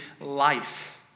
life